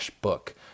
book